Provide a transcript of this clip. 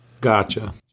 Gotcha